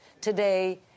today